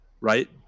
Right